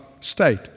State